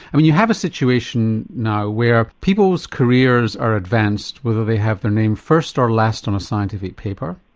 i mean you have a situation now where people's careers are advanced whether they have their name first or last on a scientific paper,